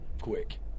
quick